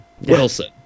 Wilson